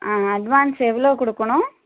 ஆ advance எவ்வளோ கொடுக்கணும்